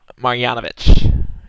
Marjanovic